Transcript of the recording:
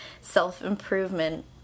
self-improvement